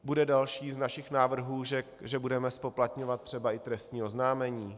Bude další z našich návrhů, že budeme zpoplatňovat třeba i trestní oznámení.